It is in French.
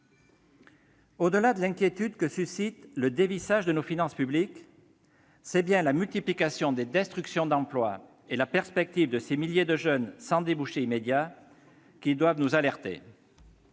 Au-delà de l'inquiétude que suscite le dévissage de nos finances publiques, c'est bien la multiplication des destructions d'emplois et la perspective de milliers de jeunes sans débouchés immédiats qui doivent nous alerter.